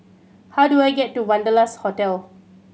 how do I get to Wanderlust Hotel